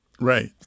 Right